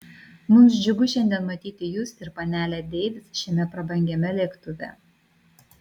mums džiugu šiandien matyti jus ir panelę deivis šiame prabangiame lėktuve